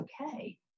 okay